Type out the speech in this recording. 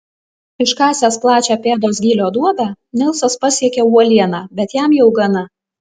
iškasęs plačią pėdos gylio duobę nilsas pasiekia uolieną bet jam jau gana